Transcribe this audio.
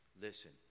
listen